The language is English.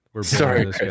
sorry